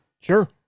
sure